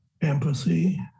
empathy